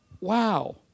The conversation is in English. wow